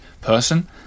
person